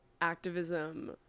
activism